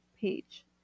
page